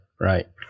right